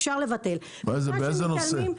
אפשר לבטל --- באיזה נושא?